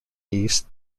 east